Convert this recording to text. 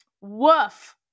woof